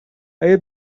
اگه